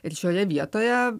ir šioje vietoje